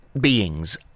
beings